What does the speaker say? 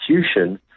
execution